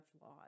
laws